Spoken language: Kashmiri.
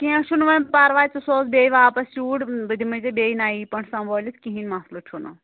کیٚنٛہہ چھُنہٕ وۅنۍ پرواے ژٕ سوز بیٚیہِ واپس یوٗرۍ بہٕ دِمے ژےٚ بیٚیہِ نیہِ پٲٹھۍ سمبٲلِتھ کِہیٖنۍ مسلہٕ چھُنہٕ